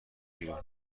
ایران